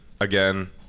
again –